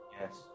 Yes